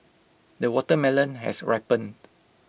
the watermelon has ripened